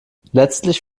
letztlich